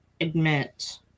admit